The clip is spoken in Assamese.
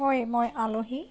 হয় মই আলহী